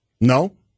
No